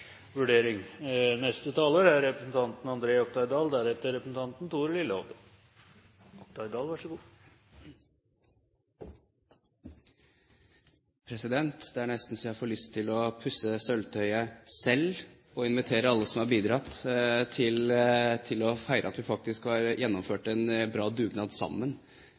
Det er nesten så jeg får lyst til å pusse sølvtøyet selv og invitere alle som har bidratt, til å feire at vi faktisk har gjennomført en bra dugnad sammen.